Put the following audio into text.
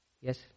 Yes